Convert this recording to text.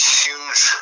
huge